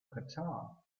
qatar